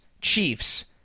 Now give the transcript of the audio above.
Chiefs